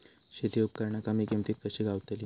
शेती उपकरणा कमी किमतीत कशी गावतली?